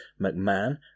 McMahon